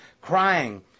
crying